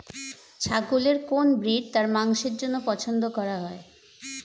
ছাগলের কোন ব্রিড তার মাংসের জন্য পছন্দ করা হয়?